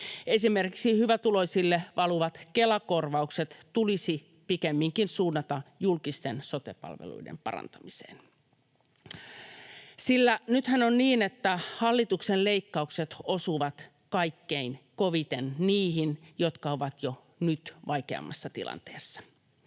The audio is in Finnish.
Esimerkiksi hyvätuloisille valuvat Kela-korvaukset tulisi pikemminkin suunnata julkisten sote-palveluiden parantamiseen, sillä nythän on niin, että hallituksen leikkaukset osuvat kaikkein koviten niihin, jotka ovat jo nyt vaikeammassa tilanteessa.